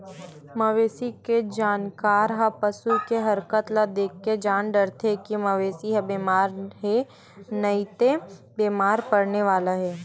मवेशी के जानकार ह पसू के हरकत ल देखके जान डारथे के मवेशी ह बेमार हे नइते बेमार परने वाला हे